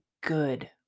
good